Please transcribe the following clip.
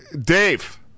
Dave